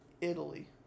Italy